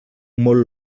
molt